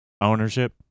ownership